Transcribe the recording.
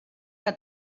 que